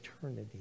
eternity